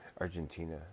Argentina